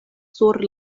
sur